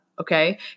Okay